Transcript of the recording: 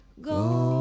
go